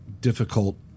difficult